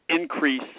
increase